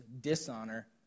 Dishonor